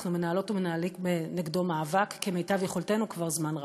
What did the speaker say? אנחנו מנהלות ומנהלים נגדו מאבק כמיטב יכולתנו כבר זמן רב.